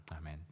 Amen